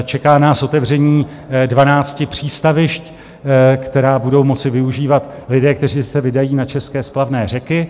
Čeká nás otevření 12 přístavišť, která budou moci využívat lidé, kteří se vydají na české splavné řeky.